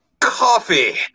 Coffee